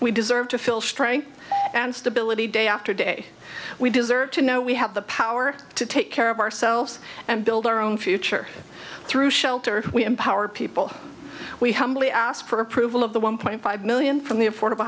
we deserve to feel strength and stability day after day we deserve to know we have the power to take care of ourselves and build our own future through shelter we empower people we humbly ask for approval of the one point five million from the affordable